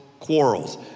Quarrels